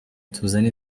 tuzana